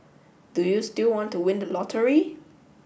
do you still want to win the lottery